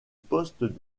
postes